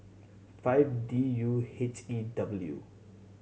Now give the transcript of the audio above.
five D U H E W